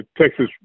Texas